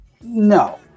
No